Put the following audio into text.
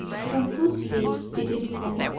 from whose lips did it come?